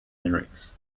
lyrics